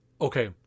okay